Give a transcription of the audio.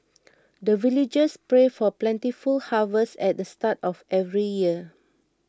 the villagers pray for plentiful harvest at the start of every year